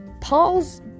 Paul's